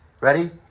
Ready